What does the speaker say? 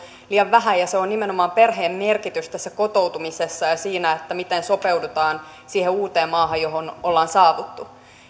liian vähän ja se on nimenomaan perheen merkitys tässä kotoutumisessa ja siinä miten sopeudutaan siihen uuteen maahan johon ollaan saavuttu